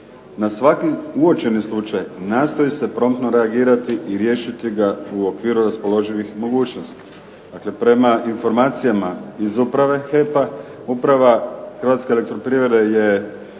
Na svaki uočeni slučaj nastoji se promptno reagirati i riješiti ga u okviru raspoloživih mogućnosti. Dakle, prema informacijama iz uprave "HEP-a", uprava "Hrvatske elektroprivrede" je